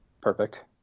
perfect